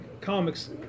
comics